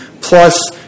plus